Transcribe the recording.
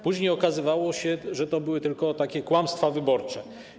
Później okazywało się, że to były tylko kłamstwa wyborcze.